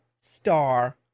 Star